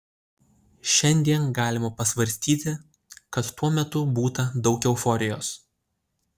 šiandien galima pasvarstyti kad tuo metu būta daug euforijos